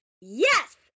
Yes